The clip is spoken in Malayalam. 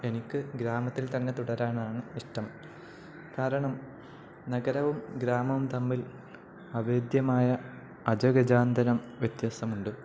എനിക്ക് ഗ്രാമത്തിൽ തന്നെ തുടരാനാണ് ഇഷ്ടം കാരണം നഗരവും ഗ്രാമവും തമ്മിൽ അഭേദ്യമായ അജഗജാന്തരം വ്യത്യാസമുണ്ട്